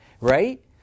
right